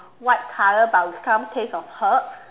white color but with some taste of herb